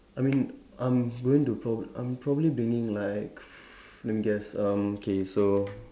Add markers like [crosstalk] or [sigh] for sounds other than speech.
I mean I'm going to prob~ I'm probably bringing like [noise] let me guess um okay so